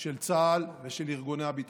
של צה"ל ושל ארגוני הביטחון.